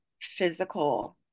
physical